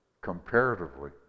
comparatively